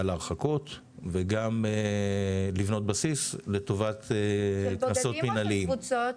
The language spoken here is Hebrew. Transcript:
להרחקות וגם לבנות בסיס לטובת קנסות מנהלתיים.